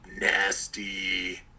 nasty